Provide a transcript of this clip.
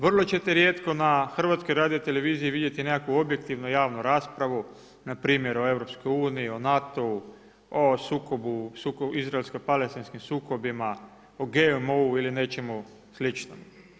Vrlo ćete rijetko na HRT-u vidjeti nekakvu objektivnu javnu raspravu, npr. o EU, o NATO-u, o sukobu, Izraelsko-Palestinskim sukobima, o GMO-u ili nečemu sličnom.